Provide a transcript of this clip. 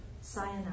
cyanide